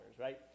Right